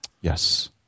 Yes